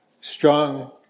strong